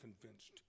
convinced